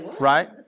Right